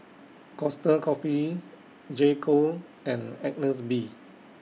Costa Coffee J Co and Agnes B